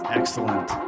excellent